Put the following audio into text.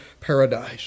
paradise